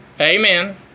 Amen